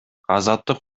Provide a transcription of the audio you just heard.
азаттык